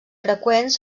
freqüents